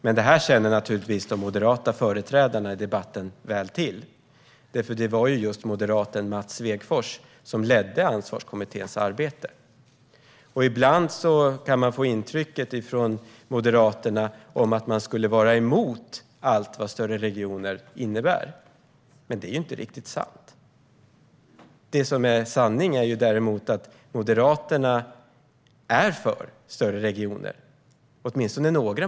Men det här känner naturligtvis de moderata företrädarna i debatten väl till, för det var moderaten Mats Svegfors som ledde Ansvarskommitténs arbete. Ibland kan man få intrycket att Moderaterna skulle vara emot allt vad större regioner innebär, men det är inte riktigt sant. Sanningen är att åtminstone några moderater är för större regioner.